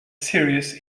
serious